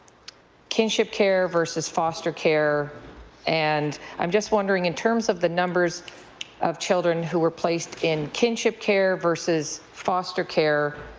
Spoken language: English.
kinship care versus foster care and i'm just wondering in terms of the numbers of children who were placed in kinship care versus foster care,